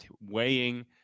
weighing